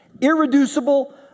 irreducible